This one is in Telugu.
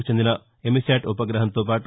కు చెందిన ఎమిశాట్ ఉపగ్రహంతో పాటు